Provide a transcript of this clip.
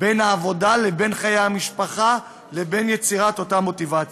בין העבודה לבין חיי המשפחה לבין יצירת אותה מוטיבציה.